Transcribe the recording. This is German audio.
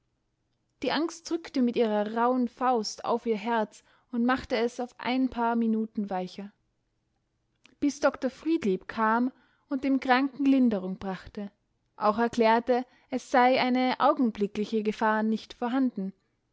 die angst drückte mit ihrer rauhen faust auf ihr herz und machte es auf ein paar minuten weicher bis dr friedlieb kam und dem kranken linderung brachte auch erklärte es sei eine augenblickliche gefahr nicht vorhanden